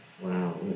Wow